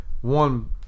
one